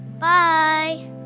Bye